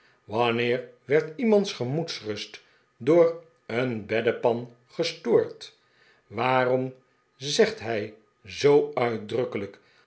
wanneer werd iemands gemoedsrust door een beddepan gestoord waarom zegt hij zoo uitdrukkelijk